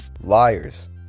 Liars